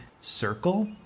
circle